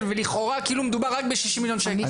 ולכאורה כאילו מדובר רק ב-60 מיליון שקל.